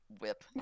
whip